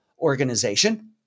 organization